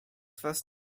was